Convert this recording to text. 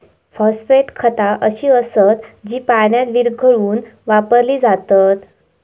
phosphate खता अशी असत जी पाण्यात विरघळवून वापरली जातत